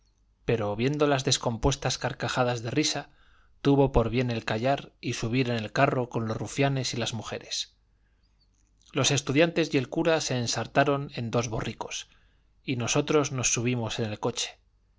pero viendo las descompuestas carcajadas de risa tuvo por bien el callar y subir en el carro con los rufianes y las mujeres los estudiantes y el cura se ensartaron en dos borricos y nosotros nos subimos en el coche